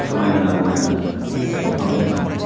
समायना रमायना दंफां लाइफां